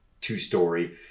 two-story